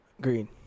green